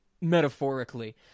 metaphorically